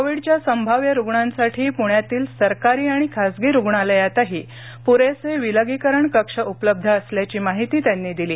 कोविडच्या संभाव्य रुग्णांसाठी पुण्यातील सरकारी आणि खासगी रुग्णालयातही पुरेसे विलगीकरण कक्ष उपलब्ध असल्याची माहिती त्यांनी दिली